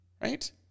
right